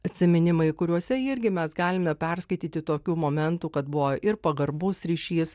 atsiminimai kuriuose irgi mes galime perskaityti tokių momentų kad buvo ir pagarbus ryšys